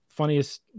funniest